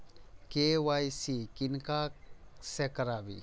KYC किनका से कराबी?